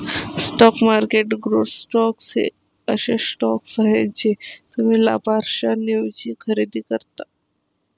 stock market growth stocks हे असे stocks आहेत जे तुम्ही लाभांशाऐवजी खरेदी करता